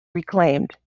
reclaimed